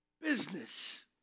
business